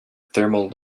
thermal